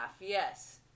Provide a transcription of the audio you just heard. yes